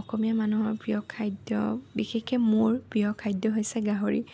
অসমীয়া মানুহৰ প্ৰিয় খাদ্য বিশেষকৈ মোৰ প্ৰিয় খাদ্য হৈছে গাহৰি